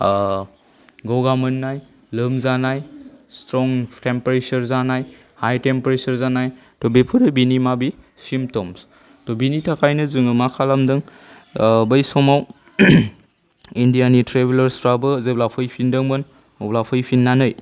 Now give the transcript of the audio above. गगा मोननाय लोमजानाय स्ट्रं टेम्पारेचार जानाय हाय टेम्पारेचार जानाय त' बेफोरो बिनि मा बे सिम्पट'म्स त' बिनि थाखायनो जोङो मा खालामदों बै समाव इन्डियानि ट्रेभेलार्सफोराबो जेब्ला फैफिनदोंमोन अब्ला फैफिननानै